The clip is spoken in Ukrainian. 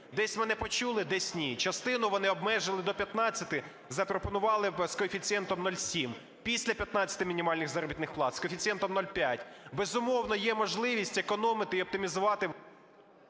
Десь мене почули, десь – ні, частину вони обмежили до 15, запропонували з коефіцієнтом 0,7. Після 15 мінімальних заробітних плат - з коефіцієнтом 0,5. Безумовно, є можливість економити і оптимізувати…